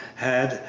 had,